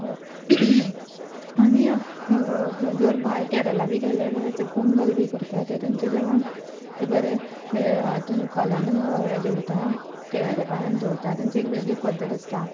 आनी जर भायर केरला बी गेले जाल्यार थंय पोंगल बी करता तर तेंचें जेवण तें बरें हें हातूंत खोल्यान जेवता केरळाच्या पानार जेवता तांची एक वेगळीच पद्दत आसता